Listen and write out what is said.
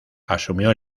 asumió